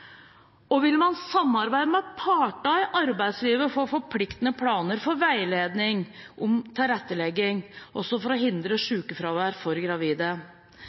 Vil man samarbeide med partene i arbeidslivet for forpliktende planer for veiledning om tilrettelegging – også for å hindre sykefravær – for gravide?